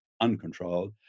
uncontrolled